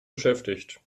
beschäftigt